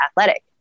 athletic